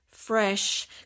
Fresh